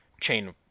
Chain